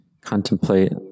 contemplate